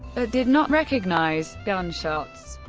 ah did not recognize, gunshots.